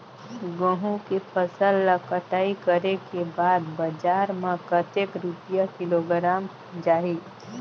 गंहू के फसल ला कटाई करे के बाद बजार मा कतेक रुपिया किलोग्राम जाही?